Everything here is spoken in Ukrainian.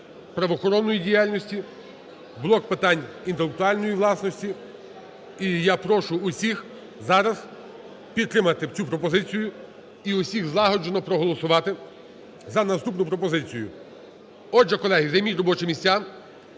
правоохоронної діяльності, блок питань інтелектуальної власності. І я прошу всіх зараз підтримати цю пропозицію і всіх злагоджено проголосувати за наступну пропозицію. Отже, колеги, займіть робочі місця.